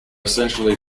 essentially